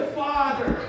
father